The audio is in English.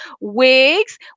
wigs